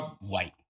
white